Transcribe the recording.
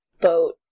boat